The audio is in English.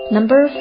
Number